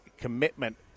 commitment